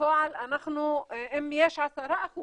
בפועל אם יש 10%